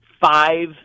five